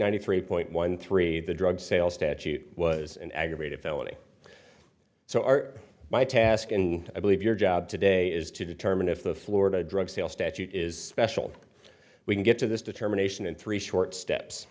ninety three point one three the drug sales statute was an aggravated felony so are my task and i believe your job today is to determine if the florida drug sales statute is special we can get to this determination in three short steps